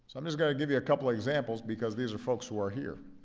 i'm just going to give you a couple of examples because these are folks who are here.